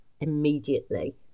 immediately